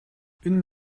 энэ